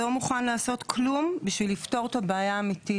לא מוכן לעשות כלום בשביל לפתור את הבעיה האמיתית.